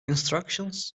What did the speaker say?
instructions